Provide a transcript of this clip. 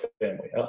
family